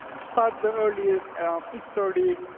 start the earliest around six thirty